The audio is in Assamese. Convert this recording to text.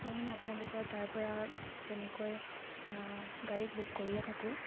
মই মানে আপোনালোকৰ তাৰ পৰা তেনেকৈ গাড়ী বুক কৰিয়ে থাকোঁ